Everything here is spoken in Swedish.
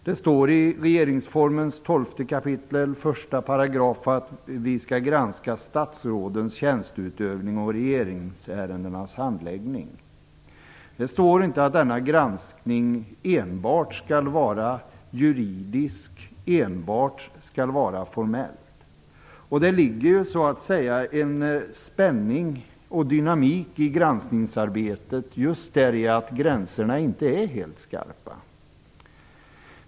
Det står i regeringsformens 12 kap. 1 § att vi skall granska statsrådens tjänsteutövning och regeringsärendenas handläggning. Det står inte att denna granskning enbart skall vara juridisk och formell. Det ligger en spänning och dynamik i granskningsarbetet just därför att gränserna inte är helt skarpa.